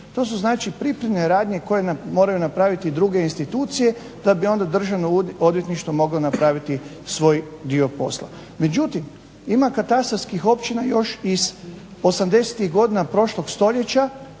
To su znači pripremne radnje koje moraju napraviti druge institucije da bi onda državno odvjetništvo moglo napraviti svoj dio posla. Međutim, ima katastarskih općina još iz '80-ih godina prošlog stoljeća